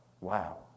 Wow